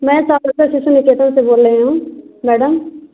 मैं शिशु निकेतन से बोल रही हूँ मैडम